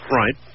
right